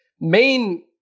main